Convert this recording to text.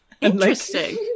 Interesting